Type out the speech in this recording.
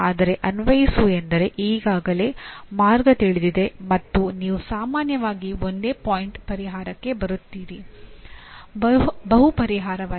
ಆದರೆ ಅನ್ವಯಿಸು ಎಂದರೆ ಈಗಾಗಲೇ ಮಾರ್ಗ ತಿಳಿದಿದೆ ಮತ್ತು ನೀವು ಸಾಮಾನ್ಯವಾಗಿ ಒಂದೇ ಪಾಯಿಂಟ್ ಪರಿಹಾರಕ್ಕೆ ಬರುತ್ತೀರಿ ಬಹು ಪರಿಹಾರವಲ್ಲ